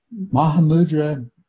Mahamudra